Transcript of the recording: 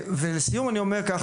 ולסיום אני אומר ככה,